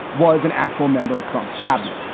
was an actual member of trump's cabinet.